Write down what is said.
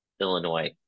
illinois